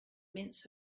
mince